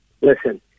Listen